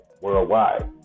worldwide